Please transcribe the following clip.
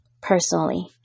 personally